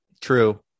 true